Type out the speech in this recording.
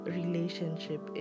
relationship